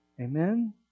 Amen